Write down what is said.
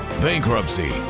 Bankruptcy